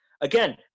Again